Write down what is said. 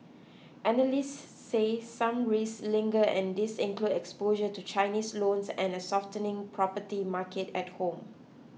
analysts say some risks linger and these include exposure to Chinese loans and a softening property market at home